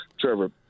Trevor